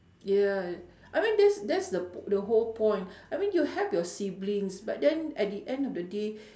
yeah I mean that's that's po~ the whole point I mean you have your siblings but then at the end of the day